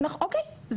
אוקיי.